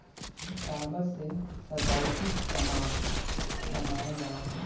कागज से सजावटी सामान बनावल जाला